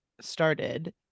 started